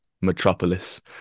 metropolis